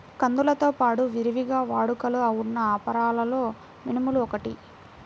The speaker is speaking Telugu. కందులతో పాడు విరివిగా వాడుకలో ఉన్న అపరాలలో మినుములు ఒకటి